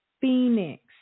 Phoenix